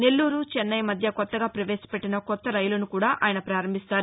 నెల్లూరు చెన్నై మధ్య కొత్తగా ప్రవేశ పెట్టిన కొత్త రైలును ఆయన ప్రారంభిస్తారు